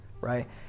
right